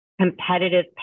competitive